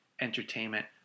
entertainment